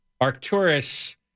Arcturus